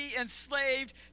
enslaved